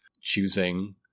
choosing